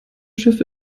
schiffe